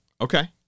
Okay